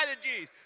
strategies